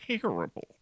terrible